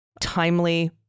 timely